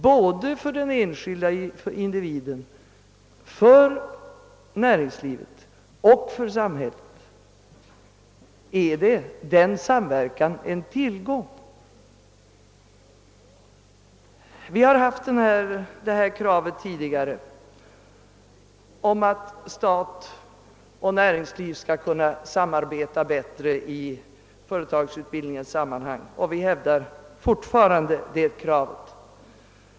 Både för den enskilde individen, näringslivet och samhället är denna samverkan en till gång. Från vårt håll har tidigare förts fram detta krav att stat och näringsliv skall samarbeta bättre i fråga om företagsutbildningen, och vi hävdar det fortfarande.